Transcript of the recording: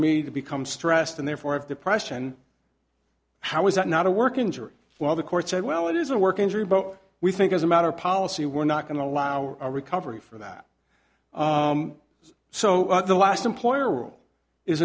me to become stressed and therefore have depression how is that not a work injury while the court said well it is a work injury but we think as a matter of policy we're not going to allow a recovery for that so the last employer will is